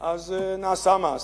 אז נעשָה מעשה,